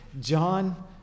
John